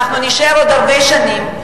אנחנו נישאר עוד הרבה שנים,